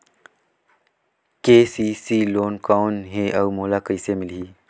KCC loan कौन हे अउ मोला कइसे मिलही?